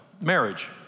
marriage